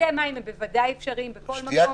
בקבוקי מים הם בוודאי אפשריים בכל מקום.